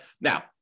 Now